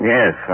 Yes